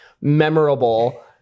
memorable